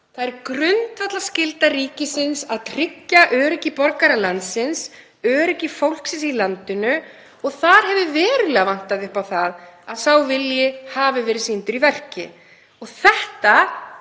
Það er grundvallarskylda ríkisins að tryggja öryggi borgara landsins, öryggi fólksins í landinu, og það hefur verulega vantað upp á að sá vilji hafi verið sýndur í verki.